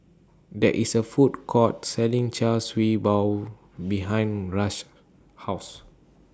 There IS A Food Court Selling Char Siew Bao behind Rush's House